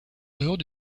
dehors